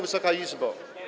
Wysoka Izbo!